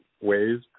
ways